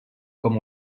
com